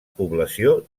població